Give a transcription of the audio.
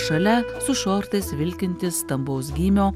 šalia su šortais vilkintis stambaus gymio